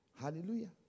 Hallelujah